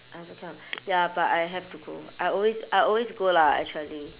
I also cannot ya but I have to go I always I always go lah actually